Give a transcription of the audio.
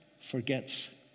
forgets